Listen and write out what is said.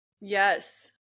Yes